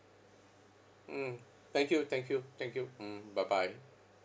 mm thank you thank you thank you mm bye bye